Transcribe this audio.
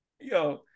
Yo